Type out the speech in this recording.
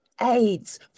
AIDS